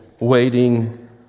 waiting